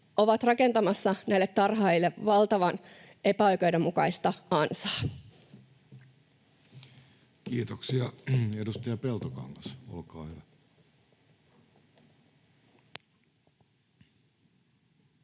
ovat rakentamassa näille tarhaajille valtavan epäoikeudenmukaista ansaa. Kiitoksia. — Edustaja Peltokangas, olkaa hyvä.